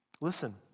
Listen